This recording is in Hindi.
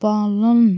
पालन